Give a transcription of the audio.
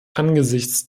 angesichts